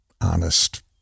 honest